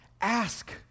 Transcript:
Ask